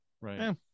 Right